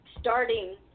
starting